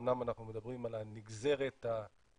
אמנם אנחנו מדברים על הנגזרת הכספית,